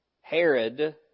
Herod